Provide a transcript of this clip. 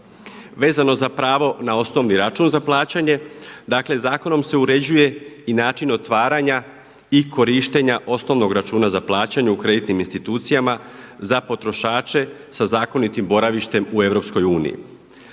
Vezano za pravo na osnovni račun za plaćanje, dakle zakonom se uređuje i način otvaranja i korištenja osnovnog računa za plaćanje u kreditnim institucijama za potrošače sa zakonitim boravištem u EU.